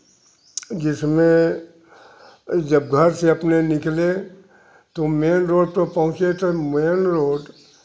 जिसमें जब घर से अपने निकले तो मेन रोड पर पहुँचे तो मेन रोड